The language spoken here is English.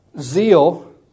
Zeal